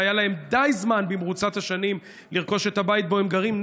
אשר היה להם די זמן במרוצת השנים לרכוש את הבית שבו הם גרים,